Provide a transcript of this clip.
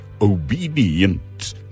obedient